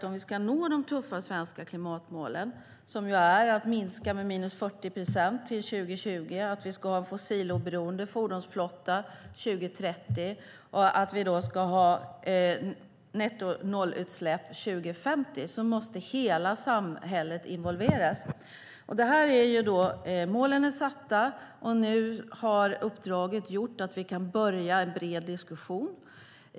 Om vi ska nå de tuffa svenska klimatmålen, som är att minska utsläppen med 40 procent till 2020, en fossiloberoende fordonsflotta 2030 och noll nettoutsläpp 2050, måste hela samhället involveras. Målen är satta, och nu har uppdraget gjort att vi kan börja en bred diskussion.